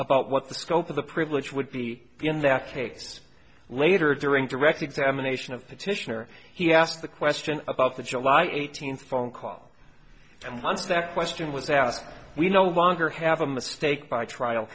about what the scope of the privilege would be in that case later during direct examination of petitioner he asked the question about the july eighteenth phone call and once that question was asked we know wanker have a mistake by trial